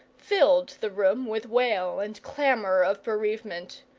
filled the room with wail and clamour of bereavement.